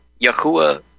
Yahuwah